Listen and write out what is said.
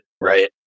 right